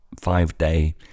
five-day